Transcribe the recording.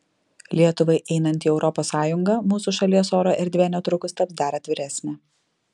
lietuvai einant į europos sąjungą mūsų šalies oro erdvė netrukus taps dar atviresnė